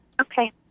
Okay